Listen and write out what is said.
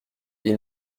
ils